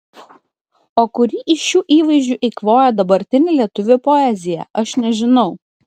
o kurį iš šių įvaizdžių eikvoja dabartinė lietuvių poezija aš nežinau